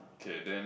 okay then